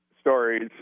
stories